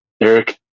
Eric